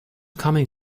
coming